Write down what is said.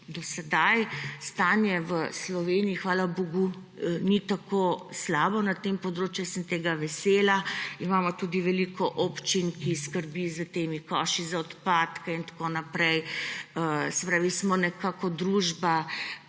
do sedaj stanje v Sloveniji, hvala bogu, ni tako slabo na tem področju. Jaz sem tega vesela. Imamo tudi veliko občin, ki skrbijo s temi koši za odpadke in tako naprej. Se pravi, kot družba